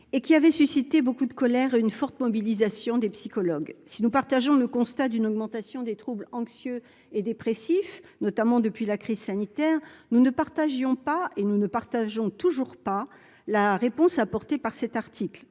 et qui avait suscité beaucoup de colère, une forte mobilisation des psychologues si nous partageons le constat d'une augmentation des troubles anxieux et dépressifs, notamment depuis la crise sanitaire, nous ne partagions pas et nous ne partageons toujours pas la réponse apportée par cet article,